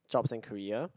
jobs and career